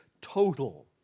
total